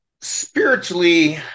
spiritually